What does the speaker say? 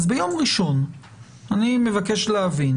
ביום ראשון אני מבקש להבין